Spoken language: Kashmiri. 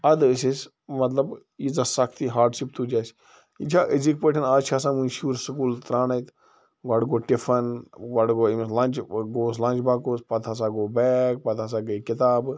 اَدٕ ٲسۍ أسۍ مطلب ییٖژاہ سَختی ہارڈشِپ تُج اسہِ یہِ چھا أزِکۍ پٲٹھۍ آز چھِ آسان وُنہِ شُرۍ سکوٗل ترٛاونٔے گۄڈٕ گوٚو ٹِفَن گۄڈٕ گوٚو أمِس لنٛچ گوس لَنچ بۄکٕس پَتہٕ ہَسا گوٚو بیگ پَتہٕ ہَسا گٔے کِتابہٕ